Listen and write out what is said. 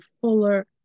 fuller